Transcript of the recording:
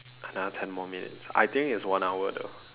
another ten more minutes I think it's one hour though